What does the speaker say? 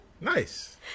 nice